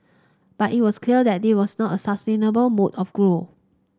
but it was clear that this was not a sustainable mode of growth